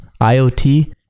IoT